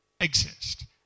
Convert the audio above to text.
exist